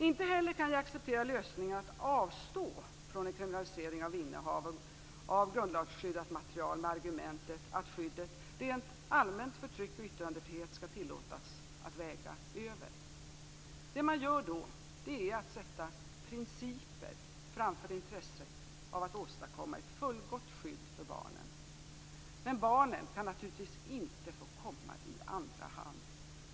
Inte heller kan jag acceptera lösningen att avstå från en kriminalisering av innehav av grundlagsskyddat material med argumentet att skyddet - rent allmänt - för tryck och yttrandefriheten skall tillåtas att väga över. Det man gör då är att sätta principer framför intresset av att åstadkomma ett fullgott skydd för barnen. Men barnen kan naturligtvis inte få komma i andra hand.